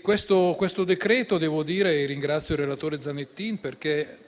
Questo decreto-legge - ringrazio il relatore Zanettin, perché